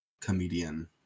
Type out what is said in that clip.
comedian